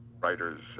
writer's